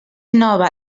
nova